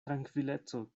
trankvileco